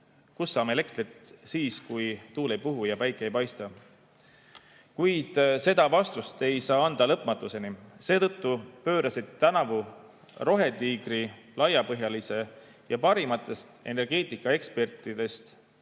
kust saame elektrit siis, kui tuul ei puhu ja päike ei paista. Kuid seda vastust ei saa anda lõpmatuseni. Seetõttu pöörasid tänavu Rohetiigri laiapõhjalise ja parimate energeetikaekspertide